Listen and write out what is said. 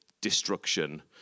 destruction